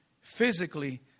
physically